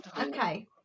okay